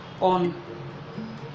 on